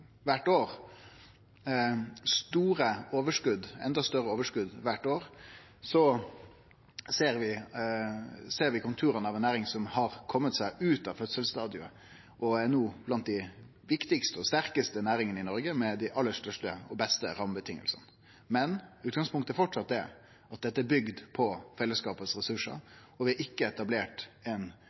kvart år, store og enda større overskot kvart år, ser vi konturane av ei næring som har kome seg ut av fødselsstadiet og no er blant dei viktigaste og sterkaste næringane i Noreg, med dei aller største og beste rammevilkåra. Men utgangspunktet er framleis at dette er bygd på fellesskapet sine ressursar, og vi har ikkje etablert